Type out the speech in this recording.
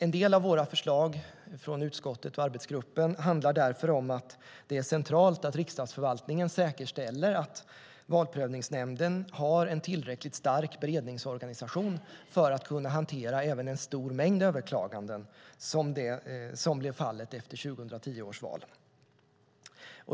En del av förslagen från utskottet och arbetsgruppen handlar därför om att det är centralt att Riksdagsförvaltningen säkerställer att Valprövningsnämnden har en tillräckligt stark beredningsorganisation för att kunna hantera även en stor mängd överklaganden, som blev fallet efter 2010 års val.